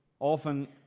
Often